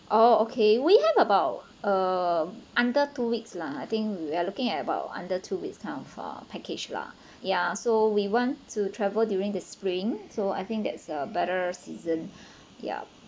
oh okay we have about uh under two weeks lah I think we're looking at about under two weeks now for package lah ya so we want to travel during the spring so I think that's a better season yup